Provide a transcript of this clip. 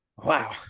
wow